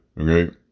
Okay